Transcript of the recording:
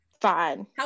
fine